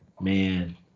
Man